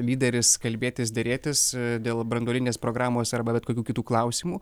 lyderis kalbėtis derėtis dėl branduolinės programos arba bet kokių kitų klausimų